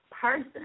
person